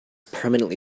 permanently